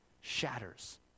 shatters